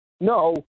No